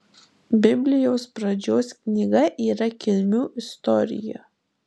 biblijos pradžios knyga yra kilmių istorija